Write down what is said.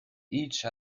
each